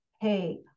Hey